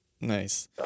nice